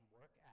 work